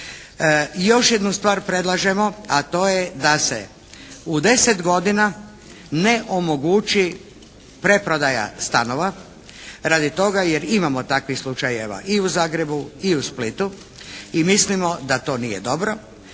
Još jednu stvar predlažemo a to je da se u 10 godina ne omogući preprodaja stanova radi toga jer imamo takvih slučajeva i u Zagrebu i u Splitu i mislimo da to nije dobro